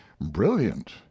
brilliant